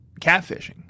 catfishing